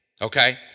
okay